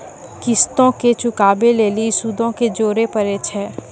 किश्तो के चुकाबै लेली सूदो के जोड़े परै छै